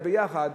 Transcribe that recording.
ה"ביחד",